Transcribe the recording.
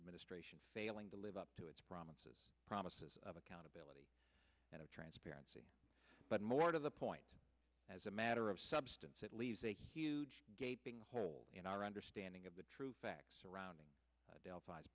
administration failing to live up to its promises promises of accountability and transparency but more to the point as a matter of substance it leaves a huge gaping hole in our understanding of the true facts surrounding de